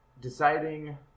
deciding